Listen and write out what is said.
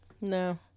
No